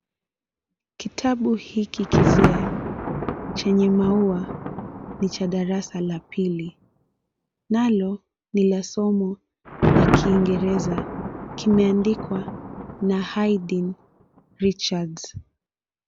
Kitabu hiki kizee chenye maua ni cha darasa la pili, nalo ni la somo la kiingereza. Kimeandikwa Haydn Richards.